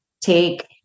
take